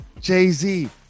Jay-Z